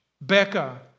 Becca